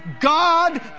God